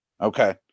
Okay